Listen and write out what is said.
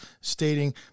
stating